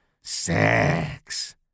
Sex